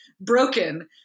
broken